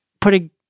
putting